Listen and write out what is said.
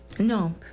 No